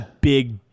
big